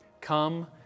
Come